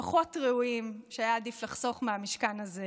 אני מבטיח שתהיינה עוד הזדמנויות.